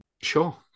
Sure